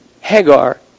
Hagar